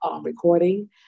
recording